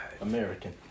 American